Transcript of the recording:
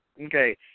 okay